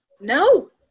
No